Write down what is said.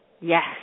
Yes